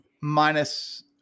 Minus